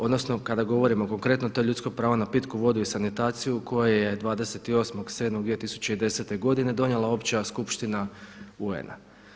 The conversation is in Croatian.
Odnosno kada govorimo konkretno to je ljudsko pravo na pitku vodu i sanitariju koja je 28.7.2010. godine donijela opća skupština UN-a.